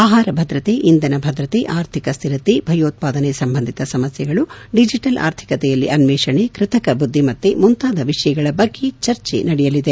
ಆಹಾರ ಭದ್ರತೆ ಇಂಧನ ಭದ್ರತೆ ಆರ್ಥಿಕ ಸ್ಥಿತರತೆ ಭಯೋತ್ವಾದನೆ ಸಂಬಂಧಿತ ಸಮಸ್ಕೆಗಳು ಡಿಜೆಟಲ್ ಅರ್ಥಿಕತೆಯಲ್ಲಿ ಅನ್ವೇಷಣೆ ಕೃತಕ ಬುದ್ದಿಮತೆ ಮುಂತಾದ ವಿಷಯಗಳ ಬಗ್ಗೆ ಚರ್ಚೆ ನಡೆಯಲಿದೆ